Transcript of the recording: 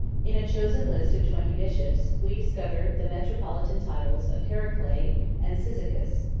in a chosen list of twenty bishops, we discover the metropolitan titles of heracleae and cyzicus,